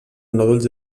nòduls